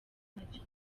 ntacyo